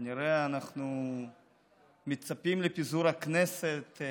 כנראה אנחנו מצפים לפיזור הכנסת.